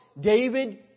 David